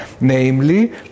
namely